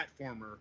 platformer